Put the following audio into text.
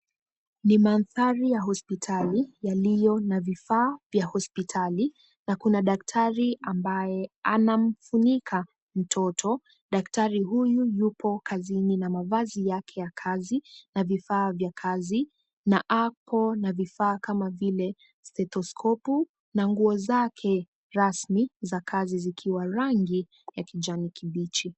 Ni mandhari ya hospitali, yaliyo na vifaa vya hospitali na kuna daktari ambaye anamfunika mtoto. Daktari huyu yupo kazini na mavazi yake ya kazi na vifaa vya kazi na ako na vifaa kama vile stethoskopu na nguo zake rasmi za kazi zikiwa rangi, ya kijani kibichi.